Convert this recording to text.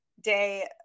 day